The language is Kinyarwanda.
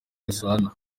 gasana